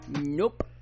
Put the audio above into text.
Nope